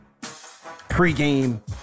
Pre-game